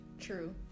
True